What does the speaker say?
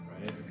right